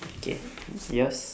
K is yours